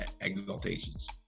exaltations